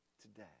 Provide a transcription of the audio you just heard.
today